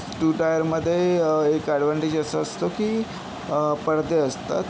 to टायरमध्ये एक advantage असं असतं की पडदे असतात